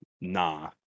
Nah